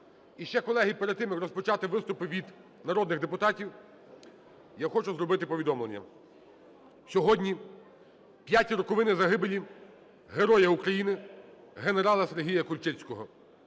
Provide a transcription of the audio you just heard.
І ще, колеги, перед тим як розпочати виступи від народних депутатів, я хочу зробити повідомлення. Сьогодні п'яті роковини загибелі Героя України генерала Сергія Кульчицького.